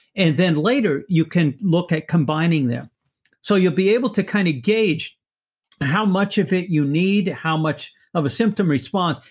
and then later, you can look at combining them so you'll be able to kind of gauge how much of it you need to how much of a symptom response.